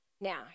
Now